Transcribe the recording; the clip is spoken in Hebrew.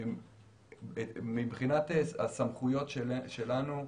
מבחינת הסמכויות שלנו,